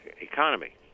economy